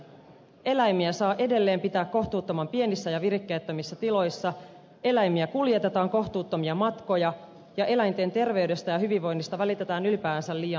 eläimiä saa edelleen pitää kohtuuttoman pienissä ja virikkeettömissä tiloissa eläimiä kuljetetaan kohtuuttomia matkoja ja eläinten terveydestä ja hyvinvoinnista välitetään ylipäänsä liian vähän